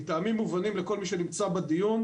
מטעמים מובנים לכל מי שנמצא בדיון,